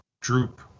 droop